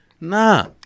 Nah